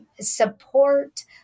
support